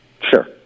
Sure